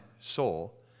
soul